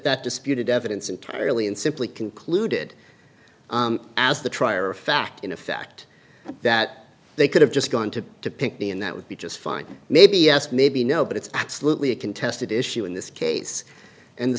that disputed evidence entirely and simply concluded as the trier of fact in effect that they could have just gone to to pick the and that would be just fine maybe yes maybe no but it's absolutely a contested issue in this case and the